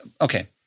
okay